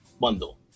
bundle